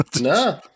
No